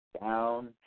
down